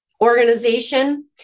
organization